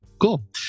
Cool